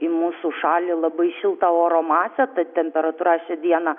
į mūsų šalį labai šiltą oro masę tad temperatūra dieną